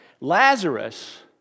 Lazarus